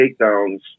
takedowns